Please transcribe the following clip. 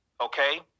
okay